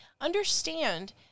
understand